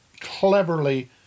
cleverly